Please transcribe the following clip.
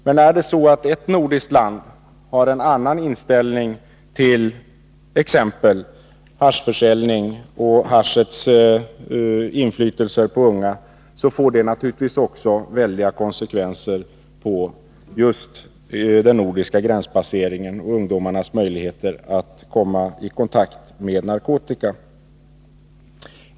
Men är det så att ett nordiskt land har en annan inställning till t.ex. haschförsäljningen och haschets inflytelse på de unga, får det naturligtvis 4 Riksdagens protokoll 1982/83:18-19 väldiga konsekvenser på just den nordiska gränspasseringen och ungdomarnas möjligheter att komma i kontakt med narkotikan.